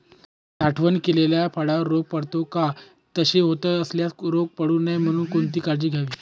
साठवण केलेल्या फळावर रोग पडतो का? तसे होत असल्यास रोग पडू नये म्हणून कोणती काळजी घ्यावी?